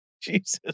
Jesus